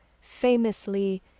famously